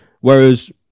Whereas